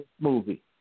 movie